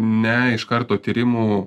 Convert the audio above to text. ne iš karto tyrimų